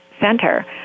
center